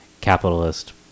capitalist